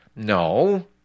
No